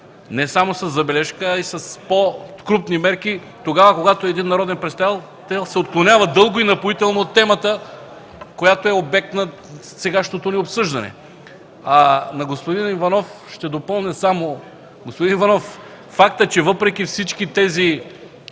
не само със забележка, а и с по-крупни мерки, когато един народен представител се отклонява дълго и напоително от темата, която е обект на сегашното ни обсъждане. Господин Иванов, ще допълня само факта, че въпреки всички тези